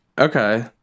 Okay